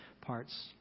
parts